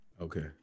Okay